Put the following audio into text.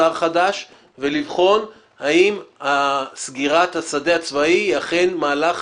שר חדש ולבחון האם סגירת השדה הצבאי היא אכן מהלך